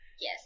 Yes